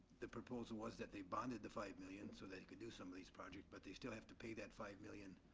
the proposal was that they bonded the five million so they could do some of these projects, but they still have to pay that five million.